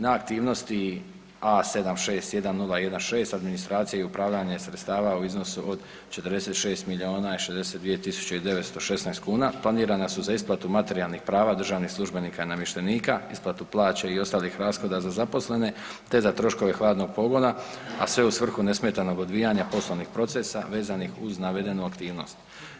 Na aktivnosti A761016 administracija i upravljanje sredstava u iznosu od 46 miliona 62 tisuća i 916 kuna planirana su za isplatu materijalnih prava državnih službenika i namještenika, isplatu plaće i ostalih rashoda za zaposlene te za troškove hladnog pogona, a sve u svrhu nesmetanog odvijanja poslovnih procesa vezani uz navedenu aktivnost.